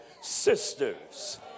sisters